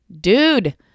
Dude